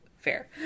Fair